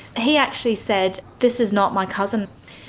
he actually said, this is not my cousin.